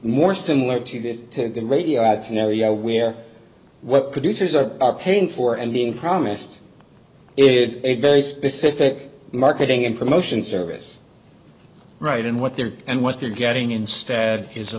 more similar to that good radio you know yeah we're what producers are are paying for and being promised is a very specific marketing and promotion service right and what they're and what they're getting instead is a